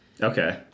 Okay